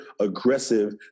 aggressive